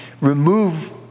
remove